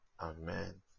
Amen